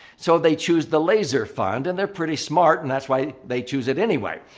so, they choose the laser fund and they're pretty smart and that's why they choose it anyway.